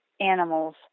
animals